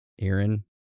Aaron